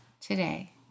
today